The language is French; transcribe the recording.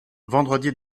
vendredi